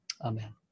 Amen